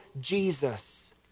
Jesus